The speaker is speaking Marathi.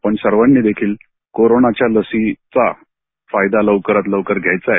आपल्या सर्वांनी देखील कोरोनाच्या लसीचा फायदा लवकरात लवकर घ्यायचा आहे